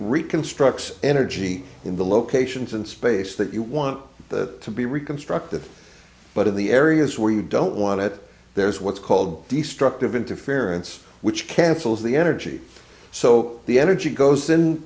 reconstructs energy in the locations in space that you want to be reconstructed but in the areas where you don't want it there's what's called destructive interference which cancels the energy so the energy goes